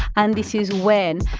and this is when,